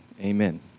amen